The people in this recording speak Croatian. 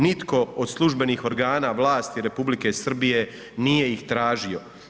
Nitko od službenih organa vlasti Republike Srbije nije ih tražio.